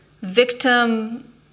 victim